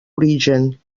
origen